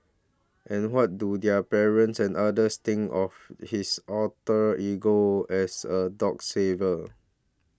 and what do their parents and others think of his alter ego as a dog saver